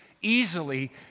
easily